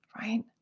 Right